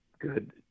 Good